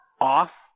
off